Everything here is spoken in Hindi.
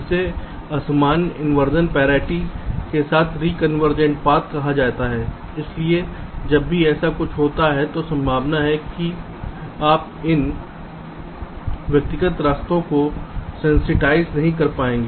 इसे असामान्य इंवर्जन पैरिटी के साथ रीकन्वर्जेंट पाथ कहा जाता है इसलिए जब भी ऐसा कुछ होता है तो संभावना है कि आप इन व्यक्तिगत रास्तों को सेंसिटाइज नहीं कर पाएंगे